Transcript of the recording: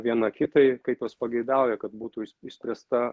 viena kitai kaip jos pageidauja kad būtų išspręsta